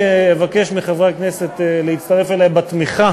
אבקש מחברי הכנסת להצטרף אלי בתמיכה